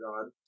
God